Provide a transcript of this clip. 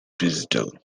digital